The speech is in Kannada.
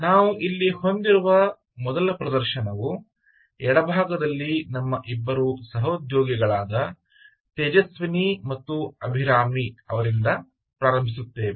ನಾವು ಇಲ್ಲಿ ಹೊಂದಿರುವ ಮೊದಲ ಪ್ರದರ್ಶನವು ಎಡಭಾಗದಲ್ಲಿ ನಮ್ಮ ಇಬ್ಬರು ಸಹೋದ್ಯೋಗಿಗಳಾದ ತೇಜಸ್ವಿನಿ ಮತ್ತು ಅಭಿರಾಮಿ ಅವರಿಂದ ಪ್ರಾರಂಭಿಸುತ್ತೇವೆ